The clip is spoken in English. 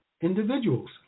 individuals